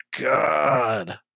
God